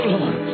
Lord